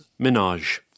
Minaj